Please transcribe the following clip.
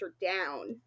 down